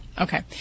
Okay